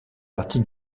partie